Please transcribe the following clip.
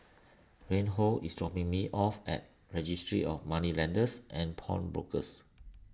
Reinhold is dropping me off at Registry of Moneylenders and Pawnbrokers